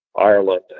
Ireland